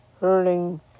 hurting